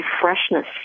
freshness